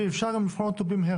ואם אפשר גם לבחון אותו במהרה.